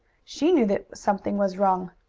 she knew that something was wrong.